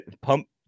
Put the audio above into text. pump